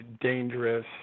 dangerous